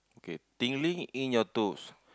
okay tingling in your toes